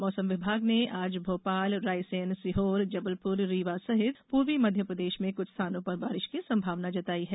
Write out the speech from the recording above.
मौसम विभाग ने आज भोपाल रायसेन सीहोर जबलपुर रीवा सहित पूर्वी मध्यप्रदेश में कुछ स्थानों पर बारिश की संभावना जताई है